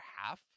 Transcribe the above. half